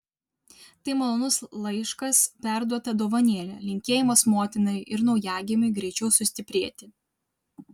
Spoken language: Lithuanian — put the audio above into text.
tai malonus laiškas perduota dovanėlė linkėjimas motinai ir naujagimiui greičiau sustiprėti